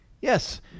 Yes